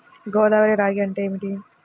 గోదావరి రాగి అంటే ఏమిటి?